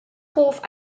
hoff